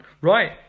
right